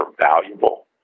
valuable